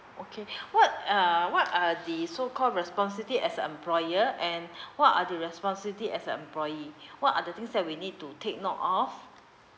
okay what uh what are the so call responsibility as an employer and what are the responsibility as an employee what are the things that we need to take note of